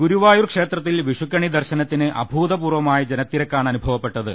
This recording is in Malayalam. ഗുരുവായൂർ ക്ഷേത്രത്തിൽ വിഷു കണി ദർശനത്തിന് അഭൂത പൂർവ്വമായ ജനതിരക്കാണനുഭവപ്പെട്ടത്